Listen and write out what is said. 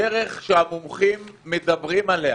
הדרך שהמומחים מדברים עליה,